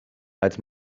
als